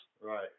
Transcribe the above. Right